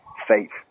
fate